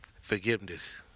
forgiveness